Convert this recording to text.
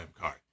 card